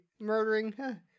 Murdering